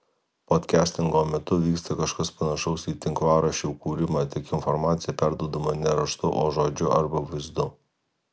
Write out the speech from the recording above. podkastingo metu vyksta kažkas panašaus į tinklaraščių kūrimą tik informacija perduodama ne raštu o žodžiu arba vaizdu